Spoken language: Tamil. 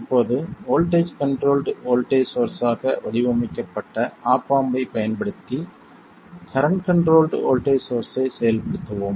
இப்போது வோல்ட்டேஜ் கண்ட்ரோல்ட் வோல்ட்டேஜ் சோர்ஸ் ஆக வடிவமைக்கப்பட்ட ஆப் ஆம்ப் ஐப் பயன்படுத்தி கரண்ட் கண்ட்ரோல்ட் வோல்ட்டேஜ் சோர்ஸ்ஸை செயல்படுத்துவோம்